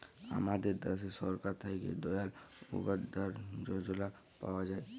আমাদের দ্যাশে সরকার থ্যাকে দয়াল উপাদ্ধায় যজলা পাওয়া যায়